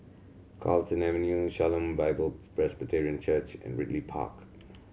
Carlton Avenue Shalom Bible Presbyterian Church and Ridley Park